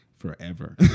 forever